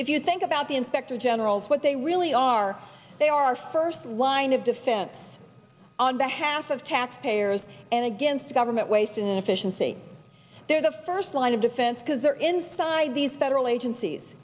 if you think about the inspector general what they really our they are our first line of defense on behalf of taxpayers and against government waste and inefficiency they're the first line of defense because they're inside these federal agencies